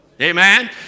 amen